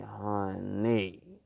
honey